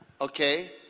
Okay